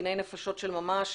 דיני נפשות של ממש.